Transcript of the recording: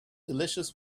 delicious